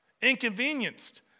inconvenienced